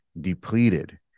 depleted